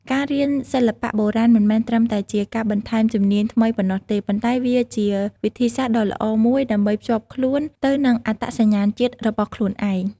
ការរៀនសិល្បៈបុរាណមិនមែនត្រឹមតែជាការបន្ថែមជំនាញថ្មីប៉ុណ្ណោះទេ ប៉ុន្តែវាជា វិធីសាស្ត្រដ៏ល្អមួយដើម្បីភ្ជាប់ខ្លួនទៅនឹងអត្តសញ្ញាណជាតិ របស់ខ្លួនឯង។